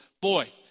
boy